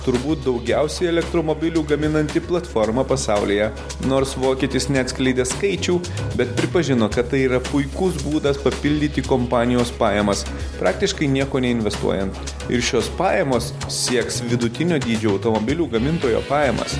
turbūt daugiausiai elektromobilių gaminanti platforma pasaulyje nors vokietis neatskleidė skaičių bet pripažino kad tai yra puikus būdas papildyti kompanijos pajamas praktiškai nieko neinvestuojant ir šios pajamos sieks vidutinio dydžio automobilių gamintojo pajamas